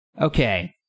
Okay